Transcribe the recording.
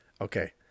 Okay